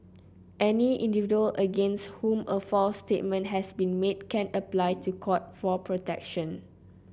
any individual against whom a false statement has been made can apply to court for protection